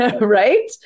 Right